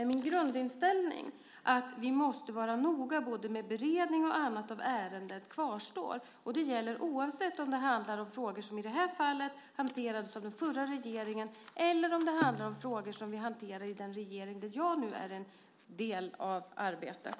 Min grundinställning kvarstår, nämligen att vi måste vara noga med både beredning och annat i det här ärendet. Det gäller oavsett om det handlar om frågor som i det här fallet hanterades av den förra regeringen eller om det handlar om frågor som vi hanterar i den regering där jag nu är en del av arbetet.